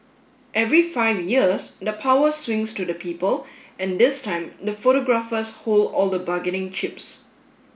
every five years the power swings to the people and this time the photographers hold all the bargaining chips